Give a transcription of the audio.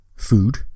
food